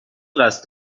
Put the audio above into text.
قصد